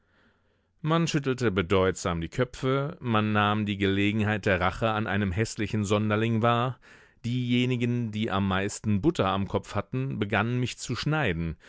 man schüttelte bedeutsam die köpfe man nahm die gelegenheit der rache an einem häßlichen sonderling wahr diejenigen die am meisten butter am kopf hatten begannen mich zu schneiden